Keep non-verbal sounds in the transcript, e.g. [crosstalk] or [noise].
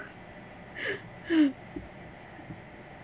[laughs]